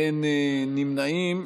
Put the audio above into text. אין נמנעים.